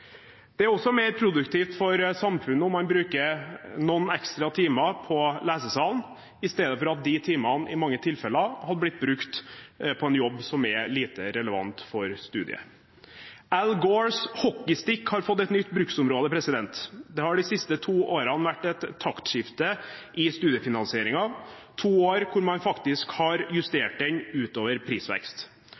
Det er også mer produktivt for samfunnet om man bruker noen ekstra timer på lesesalen i stedet for at de timene i mange tilfeller blir brukt på en jobb som er lite relevant for studiet. Al Gores «hockey stick» har fått et nytt bruksområde. Det har de siste to årene vært et taktskifte i studiefinansieringen, to år hvor man faktisk har justert den ut over prisvekst.